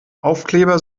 aufkleber